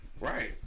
Right